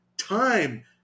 Time